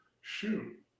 shoot